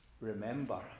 remember